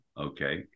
okay